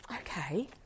Okay